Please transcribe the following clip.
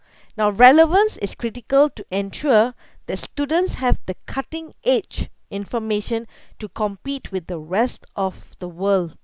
now relevance is critical to ensure the students have the cutting edge information to compete with the rest of the world